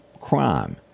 Crime